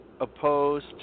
opposed